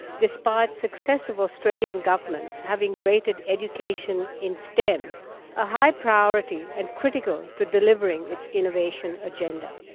despite successive australian governments having rated education in stem a high priority and critical to delivering its innovation agenda.